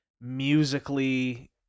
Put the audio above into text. musically